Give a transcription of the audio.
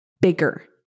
bigger